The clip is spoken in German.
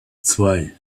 zwei